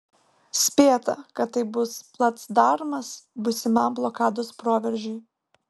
spėta kad tai bus placdarmas būsimam blokados proveržiui